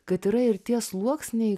kad yra ir tie sluoksniai